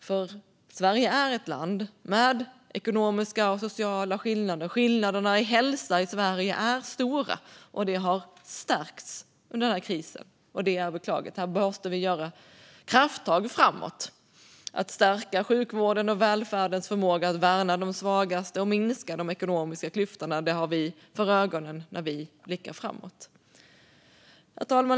för Sverige är ett land med ekonomiska och sociala skillnader. Skillnaderna i hälsa i Sverige är stora, och detta har förstärkts under krisen. Det är beklagligt. Här måste vi göra krafttag framåt för att stärka sjukvården och välfärdens förmåga att värna de svagaste och minska de ekonomiska klyftorna. Det har vi för ögonen när vi blickar framåt. Herr talman!